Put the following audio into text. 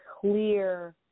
clear